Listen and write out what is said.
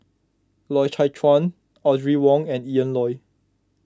Loy Chye Chuan Audrey Wong and Ian Loy